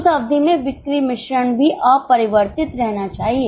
उस अवधि में बिक्री मिश्रण भी अपरिवर्तित रहना चाहिए